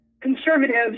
conservatives